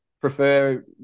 prefer